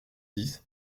dix